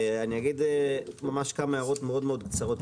אני אגיד ממש כמה הערות מאוד קצרות,